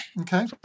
Okay